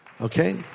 Okay